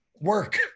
work